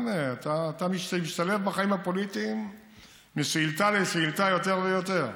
אתה משתלב בחיים הפוליטיים משאילתה לשאילתה יותר ויותר.